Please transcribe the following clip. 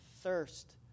thirst